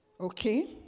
Okay